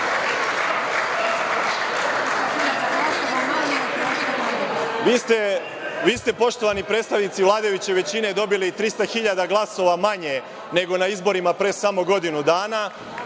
vi ste poštovani predstavnici vladajuće većine dobili 300.000 glasova manje nego na izborima pre samo godinu dana,